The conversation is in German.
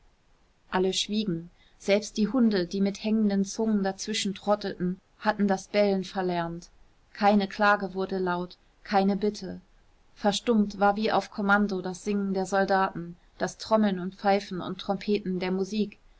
alle schwiegen selbst die hunde die mit hängenden zungen dazwischen trotteten hatten das bellen verlernt keine klage wurde laut keine bitte verstummt war wie auf kommando das singen der soldaten das trommeln und pfeifen und trompeten der musik